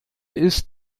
ist